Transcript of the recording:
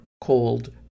called